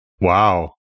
Wow